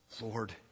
Lord